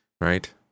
right